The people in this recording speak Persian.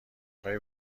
خوای